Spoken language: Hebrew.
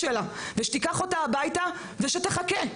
גם הייתם שולחים אותה הביתה או מעלים אותה לאיזוהי מחלקה אונקולוגית?